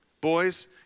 Boys